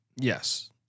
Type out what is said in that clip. Yes